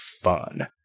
fun